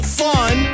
fun